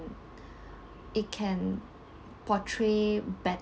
it can portray better